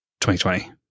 2020